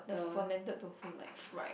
the fermented tofu like fried